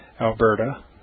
Alberta